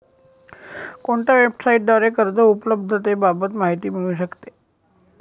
कोणत्या वेबसाईटद्वारे कर्ज उपलब्धतेबाबत माहिती मिळू शकते?